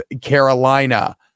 Carolina